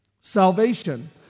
Salvation